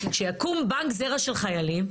שיקום בנק זרע של חיילים.